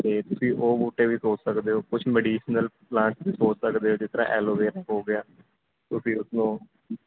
ਅਤੇ ਤੁਸੀਂ ਉਹ ਬੂਟੇ ਵੀ ਸੋਚ ਸਕਦੇ ਹੋ ਕੁਛ ਮੈਡੀਸਨਲ ਪਲਾਂਟ ਸੋਚ ਸਕਦੇ ਹੋ ਜਿਸ ਤਰ੍ਹਾਂ ਐਲੋ ਵੇਰਾ ਹੋ ਗਿਆ ਤੁਸੀਂ ਉਸਨੂੰ